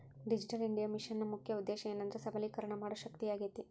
digital India ಮಿಷನ್ನ ಮುಖ್ಯ ಉದ್ದೇಶ ಏನೆಂದ್ರ ಸಬಲೇಕರಣ ಮಾಡೋ ಶಕ್ತಿಯಾಗೇತಿ